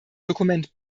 dokument